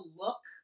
look